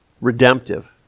redemptive